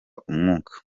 umwuka